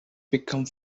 become